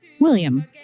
William